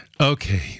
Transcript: Okay